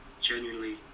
genuinely